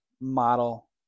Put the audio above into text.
model